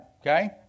Okay